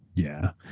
yeah,